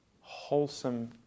wholesome